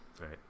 right